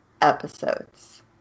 episodes